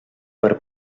per